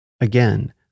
Again